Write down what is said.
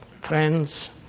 Friends